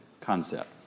concept